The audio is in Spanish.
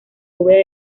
bóveda